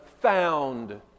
found